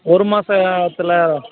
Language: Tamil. ஒரு மாதத்துல